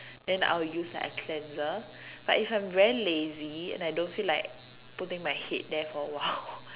then I'll use like a cleanser but if I'm very lazy and I don't feel like putting my head there for a while